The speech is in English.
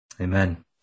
Amen